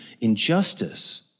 injustice